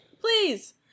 please